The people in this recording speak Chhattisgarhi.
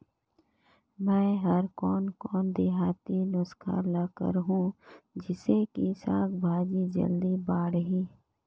मै हर कोन कोन देहाती नुस्खा ल करहूं? जिसे कि साक भाजी जल्दी बाड़ही?